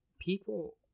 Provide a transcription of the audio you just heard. people